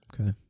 Okay